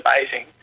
amazing